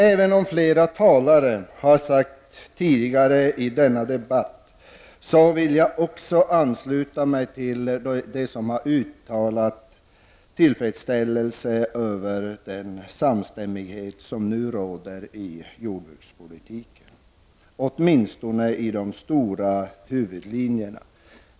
Även om flera talare har gjort det tidigare i denna debatt, så vill också jag ansluta mig till dem som har uttryckt sin tillfredsställelse över den stora samstämmighet som nu råder om jordbrukspolitiken, åtminstone i de stora huvudlinjerna.